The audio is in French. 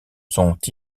sont